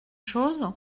chose